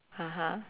(uh huh)